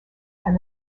and